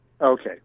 Okay